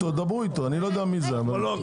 אני לא יודע מי זה, אבל דברו איתו.